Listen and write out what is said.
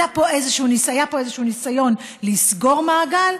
היה פה איזשהו ניסיון לסגור מעגל,